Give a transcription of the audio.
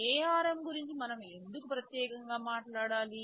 ARM గురించి మనం ఎందుకు ప్రత్యేకంగా మాట్లాడాలి